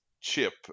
Chip